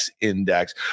index